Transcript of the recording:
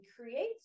create